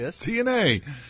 TNA